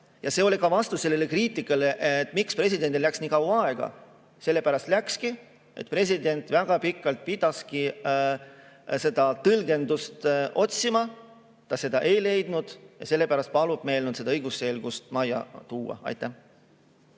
on ühtlasi vastus sellele kriitikale, et miks presidendil läks nii kaua aega. Sellepärast läkski, et president pidi väga pikalt seda tõlgendust otsima. Seda ta ei leidnud ja sellepärast ta palub meil nüüd õigusselgus majja tuua. Aitäh!